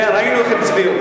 כן, ראינו איך הם הצביעו.